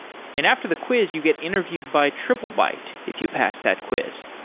and after the quiz you get interviewed by triplebyte if you pass that quiz.